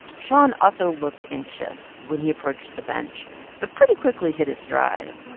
shon also looked anxious when he approached the bench but pretty quickly hit his stride.